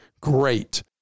great